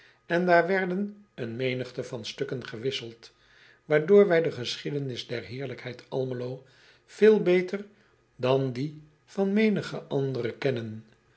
en daar werden een menigte van stukken gewisseld waardoor wij de geschiedenis der heerlijkheid lmelo veel beter dan die van menige andere kennen